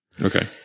Okay